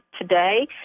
today